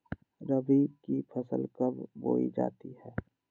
रबी की फसल कब बोई जाती है?